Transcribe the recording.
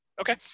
okay